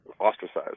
ostracized